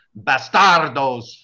Bastardos